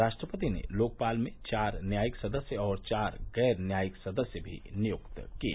राष्ट्रपति ने लोकपाल में चार न्यायिक सदस्य और चार गैर न्यायिक सदस्य भी नियुक्त किए